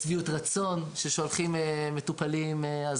יש שביעות רצון כששולחים מטופלים אז